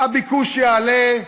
הביקוש יעלה,